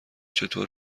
چطور